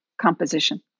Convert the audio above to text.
composition